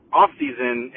off-season